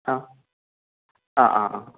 ആ ആ ആ ആ